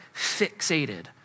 fixated